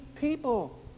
people